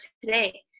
today